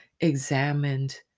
examined